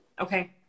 okay